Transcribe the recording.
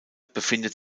befindet